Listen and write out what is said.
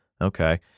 okay